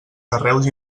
carreus